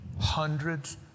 hundreds